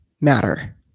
matter